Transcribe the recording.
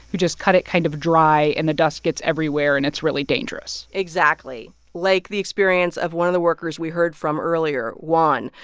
who just cut it kind of dry. and the dust gets everywhere, and it's really dangerous exactly. like the experience of one of the workers we heard from earlier, juan.